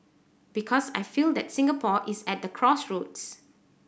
because I feel that Singapore is at the crossroads